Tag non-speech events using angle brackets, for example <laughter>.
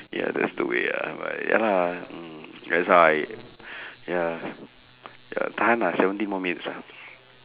ya that's the way ah but ya lah mm that's why <breath> ya ya tahan lah seventeen more minutes ah